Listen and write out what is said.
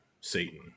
Satan